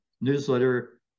newsletter